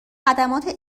خدمات